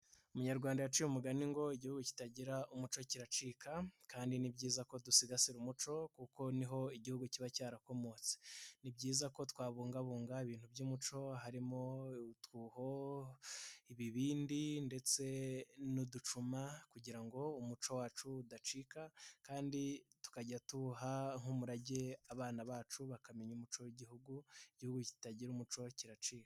Umunyarwanda yaciye umugani ngo:" Igihugu kitagira umuco kiracika." Kandi ni byiza ko dusigasira umuco, kuko niho Igihugu kiba cyarakomotse. Ni byiza ko twabungabunga ibintu by'umuco, harimo utwuho, ibibindi ndetse n'uducuma, kugira ngo umuco wacu udacika, kandi tukajya tuwuha nk'umurage abana bacu, bakamenya umuco w'Igihugu, Igihugu kitagira umuco kiracika.